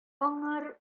аңар